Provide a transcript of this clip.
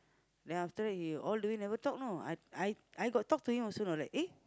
then after that he all the way never talk you know I I I got talk to him also you know like eh